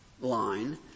line